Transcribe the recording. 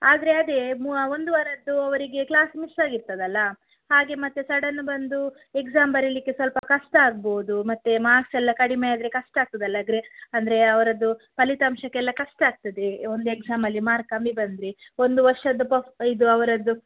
ಆದರೆ ಅದೇ ಮುವ ಒಂದು ವಾರದ್ದು ಅವರಿಗೆ ಕ್ಲಾಸ್ ಮಿಸ್ ಆಗಿರ್ತದಲ್ಲ ಹಾಗೆ ಮತ್ತು ಸಡನ್ ಬಂದು ಎಕ್ಸಾಮ್ ಬರಿಲಿಕ್ಕೆ ಸ್ವಲ್ಪ ಕಷ್ಟ ಆಗ್ಬೋದು ಮತ್ತು ಮಾರ್ಕ್ಸ್ ಎಲ್ಲ ಕಡಿಮೆ ಆದರೆ ಕಷ್ಟ ಆಗ್ತದಲ್ಲ ಆದ್ರೆ ಅಂದರೆ ಅವರದ್ದು ಫಲಿತಾಂಶಕ್ಕೆಲ್ಲ ಕಷ್ಟ ಆಗ್ತದೆ ಒಂದು ಎಕ್ಸಾಮಲ್ಲಿ ಮಾರ್ಕ್ ಕಮ್ಮಿ ಬಂದರೆ ಒಂದು ವರ್ಷದ್ದು ಪ ಇದು ಅವರದ್ದು